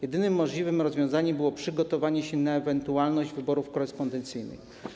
Jedynym możliwym rozwiązaniem było przygotowanie się na ewentualność wyborów korespondencyjnych.